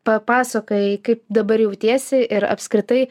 papasakojai kaip dabar jautiesi ir apskritai